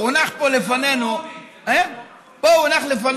פה הונח לפנינו חוק